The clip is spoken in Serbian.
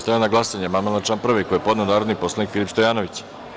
Stavljam na glasanje amandman na član 1. koji je podneo narodni poslanik Filip Stojanović.